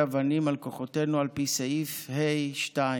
אבנים על כוחותינו על פי סעיף ה(2),